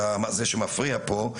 אלא זה שמפריע פה,